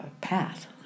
path